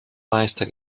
meister